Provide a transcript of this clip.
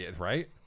Right